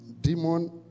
demon